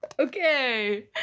Okay